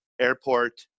airport